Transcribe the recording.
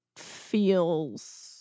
Feels